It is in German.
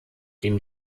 dem